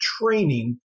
training